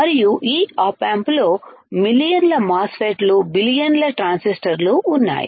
మరియు ఈ op amp లో మిలియన్ల మాస్ ఫెట్ లు బిలియన్ల ట్రాన్సిస్టర్లు ఉన్నాయి